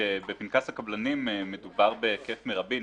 בפנקס הקבלנים מדובר בהיקף מרבי,